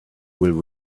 will